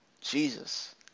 Jesus